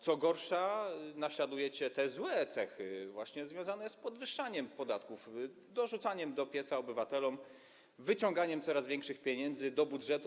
Co gorsza, naśladujecie te złe cechy, związane właśnie z podwyższaniem podatków, dorzucaniem do pieca obywatelom, wyciąganiem coraz większych pieniędzy do budżetu.